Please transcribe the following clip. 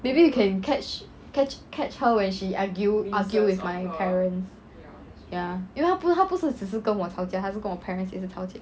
maybe you can catch catch catch her when she argue argue with my parents ya you know 他不他不是只是跟我吵架他是跟我 parents 也是吵架